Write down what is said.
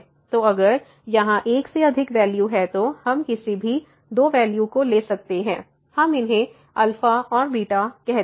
तो अगर यहाँ एक से अधिक वैल्यू है तो हम किसी भी दो वैल्यू को ले सकते हैं हम इन्हें अल्फा और बीटा कहते हैं